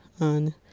on